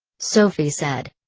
sophie said.